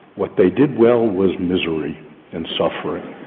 what they did well was misery and suffering,